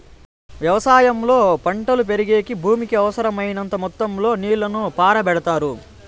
వ్యవసాయంలో పంటలు పెరిగేకి భూమికి అవసరమైనంత మొత్తం లో నీళ్ళను పారబెడతారు